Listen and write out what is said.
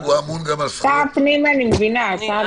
שר הפנים אני מבינה, שר המשפטים?